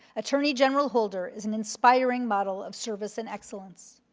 attorney general holder is an inspiring model of service and excellence.